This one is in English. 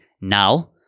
Now